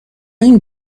این